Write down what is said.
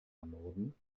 ermorden